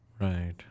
Right